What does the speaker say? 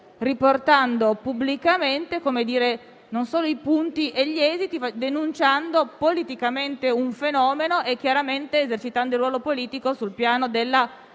riportando pubblicamente non solo i punti e gli esiti, ma denunciando politicamente un fenomeno ed esercitando il ruolo politico sul piano della